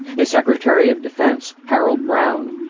his secretary of defence, harold brown,